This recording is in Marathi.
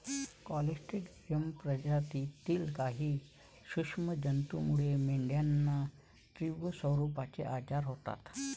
क्लॉस्ट्रिडियम प्रजातीतील काही सूक्ष्म जंतूमुळे मेंढ्यांना तीव्र स्वरूपाचे आजार होतात